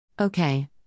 Okay